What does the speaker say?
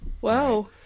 Wow